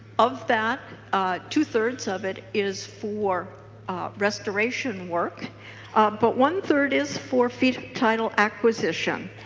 of that two thirds of it is for restoration work but one third is for fee title acquisition.